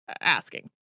asking